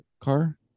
car